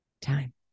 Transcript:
time